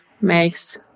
makes